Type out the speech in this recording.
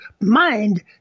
mind